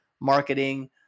marketing